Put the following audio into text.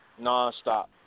Nonstop